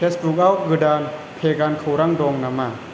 फेजबुकगाव गोदान भेगान खौरां दं नामा